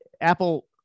apple